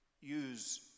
use